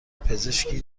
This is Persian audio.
پزشکی